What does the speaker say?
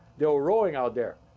they were rowing out there.